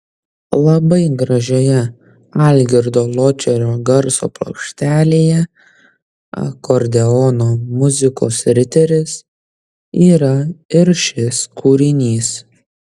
labai gražioje algirdo ločerio garso plokštelėje akordeono muzikos riteris yra ir šis kūrinys